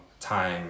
time